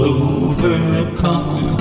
overcome